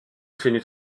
finit